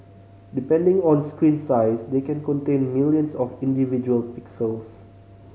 depending on screen size they can contain millions of individual pixels